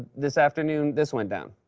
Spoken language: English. this afternoon, this went down.